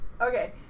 Okay